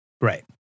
Right